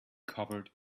covered